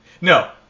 No